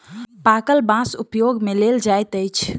पाकल बाँस उपयोग मे लेल जाइत अछि